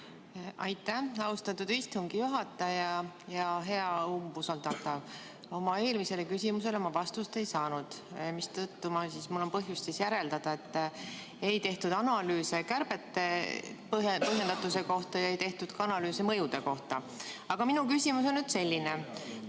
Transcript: Aitäh, austatud istungi juhataja! Hea umbusaldatav! Oma eelmisele küsimusele ma vastust ei saanud, mistõttu mul on põhjust järeldada, et ei tehtud analüüsi kärbete põhjendatuse kohta ja ei tehtud analüüsi mõjude kohta. Aga minu küsimus on selline.